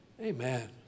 Amen